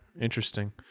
interesting